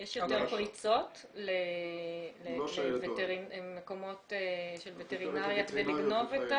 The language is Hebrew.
יש יותר פריצות למקומות של וטרינריה כדי לגנוב?